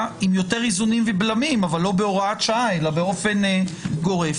עם יותר איזונים ובלמים אבל לא בהוראת שעה אלא באופן גורף.